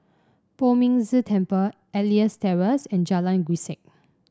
Poh Ming Tse Temple Elias Terrace and Jalan Grisek